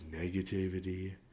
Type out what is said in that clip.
negativity